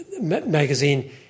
magazine